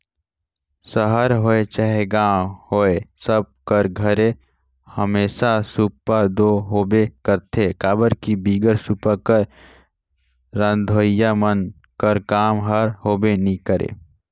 सहर होए चहे गाँव होए सब कर घरे हमेसा सूपा दो होबे करथे काबर कि बिगर सूपा कर रधोइया मन कर काम हर होबे नी करे